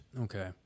Okay